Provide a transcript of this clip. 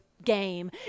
game